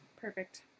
perfect